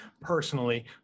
personally